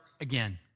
again